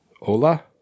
Ola